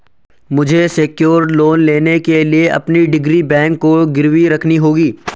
मुझे secured loan लेने के लिए अपनी डिग्री बैंक को गिरवी रखनी होगी